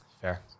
Fair